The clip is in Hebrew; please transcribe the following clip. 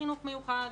חינוך מיוחד,